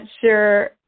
sure